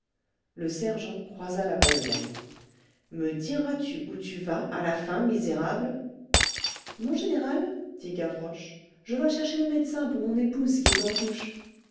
le sergent croisa la bayonnette me diras-tu où tu vas à la fin misérable mon général dit gavroche je vas chercher le médecin pour mon épouse qui est en couches